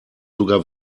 sogar